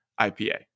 ipa